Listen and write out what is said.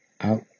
Out